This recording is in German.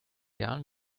jahren